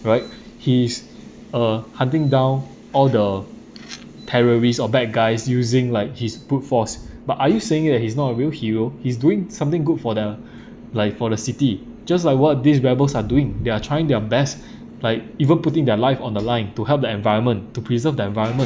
right he's uh hunting down all the terrorists or bad guys using like his brute force but are you saying that he's not a real hero he's doing something good for the like for the city just like what these rebels are doing they're trying their best like even putting their life on the line to help the environment to preserve the environment